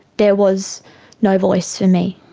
there was no voice for me.